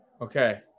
Okay